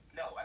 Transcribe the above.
no